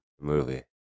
movie